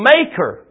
Maker